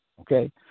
okay